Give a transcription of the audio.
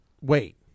Wait